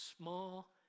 Small